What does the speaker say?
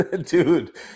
Dude